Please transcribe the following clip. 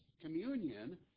communion